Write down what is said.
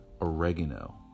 Oregano